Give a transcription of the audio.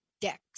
decks